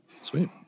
sweet